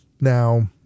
now